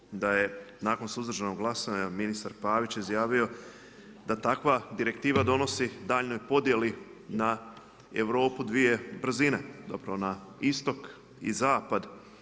Treće je da je nakon suzdržanog glasovanja ministar Pavić izjavio da takva direktiva donosi daljnjoj podjeli na Europu dvije brzine, zapravo na istok i zapad.